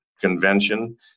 Convention